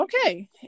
okay